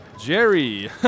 Jerry